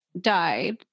died